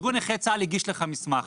ארגון נכי צה"ל הגיש לך מסמך